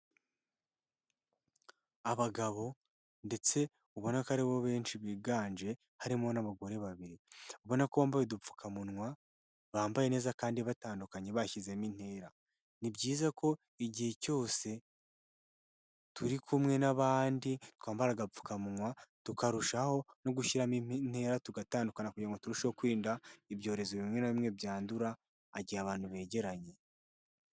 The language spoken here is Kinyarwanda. Abagabo ndetse ubona ko ari bo benshi biganje harimo n'abagore babiri. Ubona ko bambaye udupfukamunwa bambaye neza kandi batandukanye bashyizemo intera. Ni byiza ko igihe cyose turi kumwe n'abandi twambara agapfukamunwa tukarushaho no gushyiramo intera tugatandukana kugira ngo turusheho kwirinda ibyorezo bimwe na bimwe byandura igihe abantu begeranye.